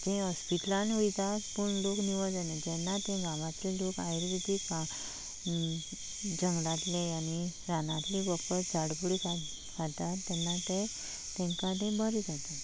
जी हॉस्पिटलान वयता पूण लोक निवळ जायनात जेन्ना तें गांवांतलें लोक आर्युवेदिक जंगलातलें आनी रानांतली वखद झाड करून घालतात तेन्ना तें तेंका तें बरें जाता